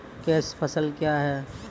Cash फसल क्या हैं?